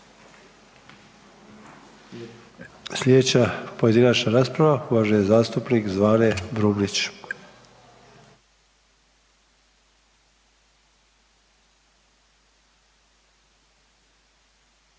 Slijedeća pojedinačna rasprava uvaženi zastupnik Damir